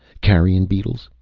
carrion beetles.